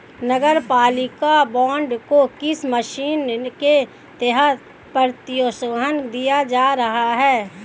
नगरपालिका बॉन्ड को किस मिशन के तहत प्रोत्साहन दिया जा रहा है?